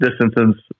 Distances